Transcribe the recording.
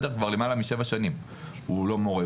כבר למעלה משבע שנים הוא לא מורה.